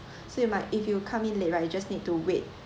so you might if you come in late right you just need to wait